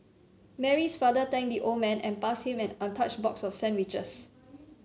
Mary's father thanked the old man and passed him an untouched box of sandwiches